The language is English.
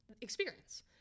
experience